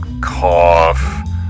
cough